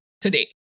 today